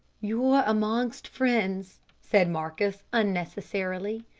you're amongst friends, said marcus unnecessarily.